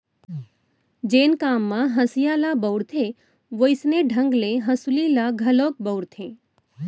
जेन काम म हँसिया ल बउरथे वोइसने ढंग ले हँसुली ल घलोक बउरथें